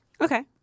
Okay